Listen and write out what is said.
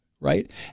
Right